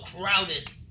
crowded